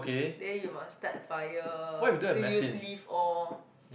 then you must start fire use leaf all